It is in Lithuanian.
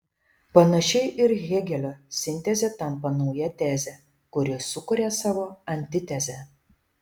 panašiai ir hėgelio sintezė tampa nauja teze kuri sukuria savo antitezę